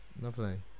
Lovely